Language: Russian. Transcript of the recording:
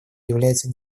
является